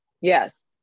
Yes